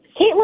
Caitlin